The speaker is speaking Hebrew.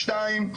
שתיים,